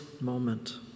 moment